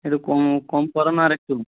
একটু কম কম করো না আরেকটু